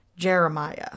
jeremiah